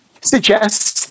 suggests